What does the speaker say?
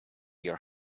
your